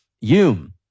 Hume